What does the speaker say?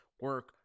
Work